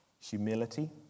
humility